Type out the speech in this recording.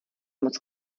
moc